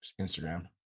Instagram